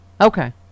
Okay